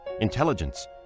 intelligence